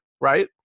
right